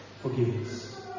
forgiveness